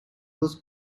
was